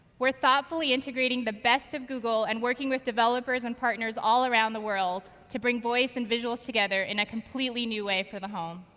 we're thoughtfully integrating the best of google, and working with developer and partners all around the world to bring voice and visuals together in a completely new way for the home.